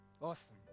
Awesome